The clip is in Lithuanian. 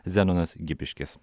zenonas gipiškis